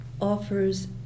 offers